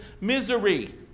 misery